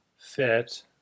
fit